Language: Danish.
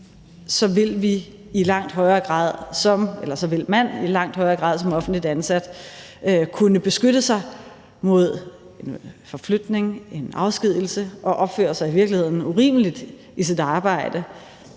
så vil man i langt højere grad som offentligt ansat kunne beskytte sig mod forflytning eller afskedigelse og i virkeligheden opføre sig urimeligt i sit arbejde